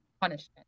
punishment